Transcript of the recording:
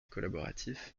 collaboratif